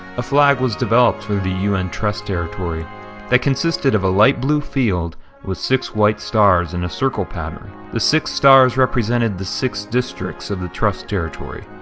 a flag was developed for the un trust territory that consisted of a light blue field with six white stars in a circle pattern. the six stars represented the six districts of the trust territory,